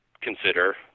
consider